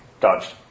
Dodged